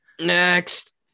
Next